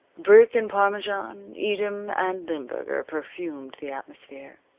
brick and parmesan, edam and limburger perfumed the atmosphere.